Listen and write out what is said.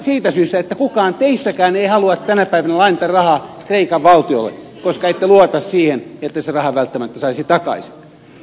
siitä syystä että kukaan teistäkään ei halua että tänä päivänä lainataan rahaa kreikan valtiolle koska ette luota siihen että sen rahan välttämättä saisi takaisin